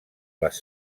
les